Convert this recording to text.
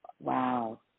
Wow